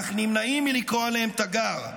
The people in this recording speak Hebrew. אך נמנעים מלקרוא עליהם תגר,